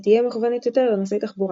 ותהיה מכוונת יותר לנושאי תחבורה.